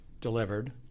delivered